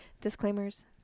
disclaimers